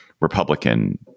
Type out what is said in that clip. Republican